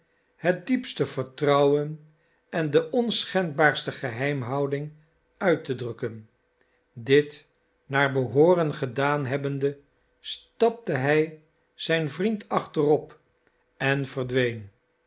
het diepste vertrouwen en de onschendbaarste geheimhouding uit te drukken dit naar behooren gedaan hebbende stapte hij zijn vriend achterop en verdween